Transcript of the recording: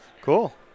Cool